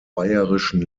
bayerischen